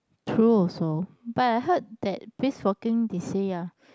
true also but I heard that brisk walking they say ah